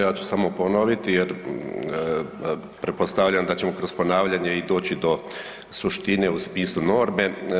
Ja ću samo ponoviti jer pretpostavljam da ćemo kroz ponavljanje i doći do suštine u smislu norme.